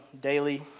daily